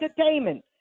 entertainment